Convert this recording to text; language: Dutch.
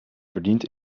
verdient